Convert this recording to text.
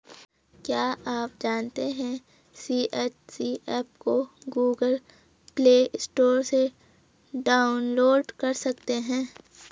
क्या आप जानते है सी.एच.सी एप को गूगल प्ले स्टोर से डाउनलोड कर सकते है?